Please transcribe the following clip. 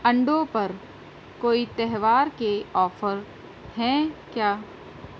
انڈوں پر کوئی تہوار کے آفر ہیں کیا